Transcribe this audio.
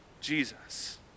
Jesus